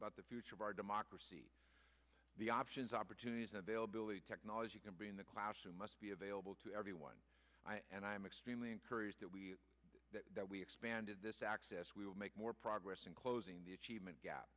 about the future of our democracy the options opportunities available technology can be in the classroom must be available to everyone and i am extremely encouraged that we that we expanded this access we will make more progress in closing the achievement gap